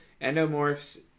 endomorphs